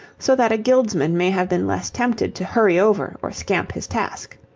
so that a guildsman may have been less tempted to hurry over or scamp his task.